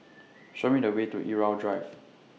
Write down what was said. Show Me The Way to Irau Drive